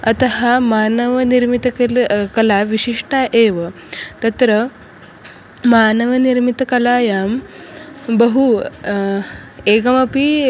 अतः मानवनिर्मितकला कला विशिष्टा एव तत्र मानवनिर्मितकलायां बहु एकमपि